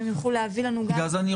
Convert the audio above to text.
אם יוכלו להביא לנו נתונים גם על זה.